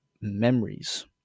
memories